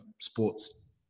sports